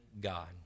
God